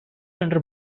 under